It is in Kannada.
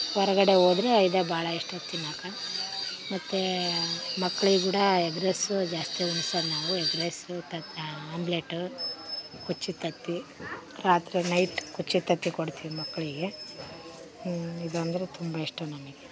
ಹೊರ್ಗಡೆ ಹೋದ್ರೆ ಇದೇ ಭಾಳ ಇಷ್ಟ ತಿನ್ನೋಕಾ ಮತ್ತು ಮಕ್ಳಿಗೆ ಕೂಡ ಎಗ್ ರೈಸು ಜಾಸ್ತಿ ಉಣ್ಸೊದು ನಾವು ಎಗ್ ರೈಸು ತತ್ತಿ ಆಮ್ಬ್ಲೆಟು ಕೊಚ್ಚು ತತ್ತಿ ರಾತ್ರಿ ನೈಟ್ ಕೊಚ್ಚು ತತ್ತಿ ಕೊಡ್ತೀವಿ ಮಕ್ಕಳಿಗೆ ಇದಂದ್ರೆ ತುಂಬ ಇಷ್ಟ ನಮಗೆ